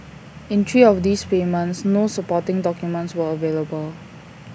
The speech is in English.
in three of these payments no supporting documents were available